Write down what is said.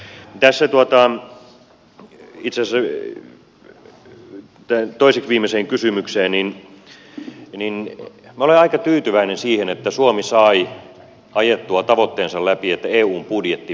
tässä itse asiassa vastauksena toiseksi viimeiseen kysymykseen minä olen aika tyytyväinen siihen että suomi sai ajettua tavoitteensa läpi että eun budjetti pienenee